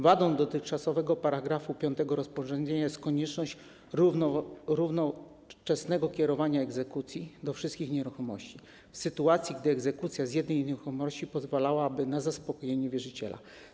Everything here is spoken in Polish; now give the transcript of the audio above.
Wadą dotychczasowego § 5 rozporządzenia jest konieczność równoczesnego kierowania egzekucji do wszystkich nieruchomości, w sytuacji gdy egzekucja z jednej nieruchomości pozwalałaby na zaspokojenie wierzyciela.